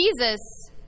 Jesus